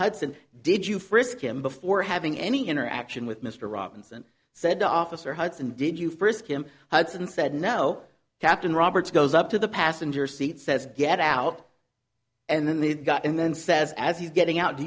hudson did you frisk him before having any interaction with mr robinson said officer hudson did you first came hudson said no captain roberts goes up to the passenger seat says get out and then they got in then says as he's getting out do